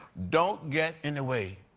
don't get in the way.